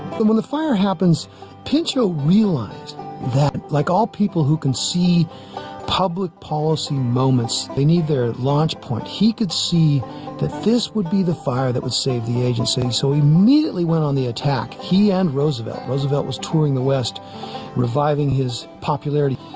but when the fire happens pinchot realized that like all people who can see public policy moments they need their launch point he could see that this would be the fire that would save the agency so he immediately went on the attack he and roosevelt roosevelt was touring the west reviving his popularity,